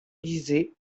disait